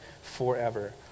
forever